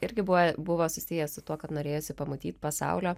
irgi buvo buvo susijęs su tuo kad norėjosi pamatyt pasaulio